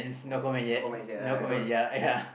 no no comments yet ah don't